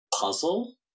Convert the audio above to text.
puzzle